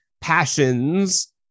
passions